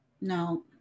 no